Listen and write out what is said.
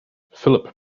philip